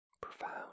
profound